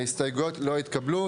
4 ההסתייגות לא התקבלה.